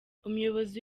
umuyobozi